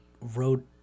wrote